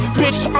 bitch